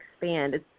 expand